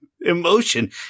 emotion